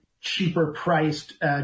cheaper-priced